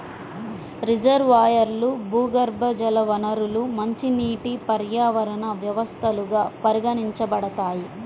రిజర్వాయర్లు, భూగర్భజల వనరులు మంచినీటి పర్యావరణ వ్యవస్థలుగా పరిగణించబడతాయి